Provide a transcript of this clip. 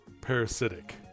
Parasitic